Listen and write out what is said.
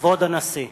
כבוד הנשיא!